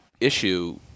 issue